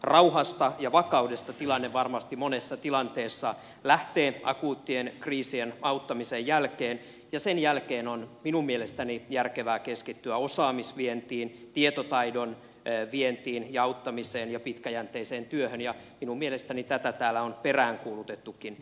rauhasta ja vakaudesta tilanne varmasti monessa tilanteessa lähtee akuuttien kriisien auttamisen jälkeen ja sen jälkeen on minun mielestäni järkevää keskittyä osaamisvientiin tietotaidon vientiin ja auttamiseen ja pitkäjänteiseen työhön ja minun mielestäni tätä täällä on peräänkuulutettukin